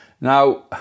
Now